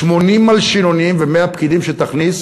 80 מלשינונים ו-100 פקידים שתכניס